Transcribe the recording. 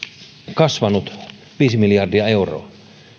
kasvanut viisi miljardia euroa